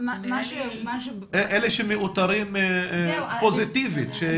אלה שמאותרים פוזיטיבית.